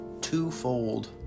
twofold